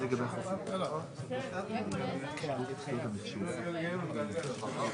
אני מציין לכם את כל השם של החלטת הממשלה,